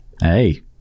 hey